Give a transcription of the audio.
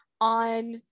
on